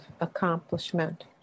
accomplishment